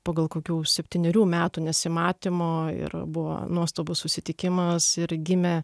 po gal kokių septynerių metų nesimatymo ir buvo nuostabus susitikimas ir gimė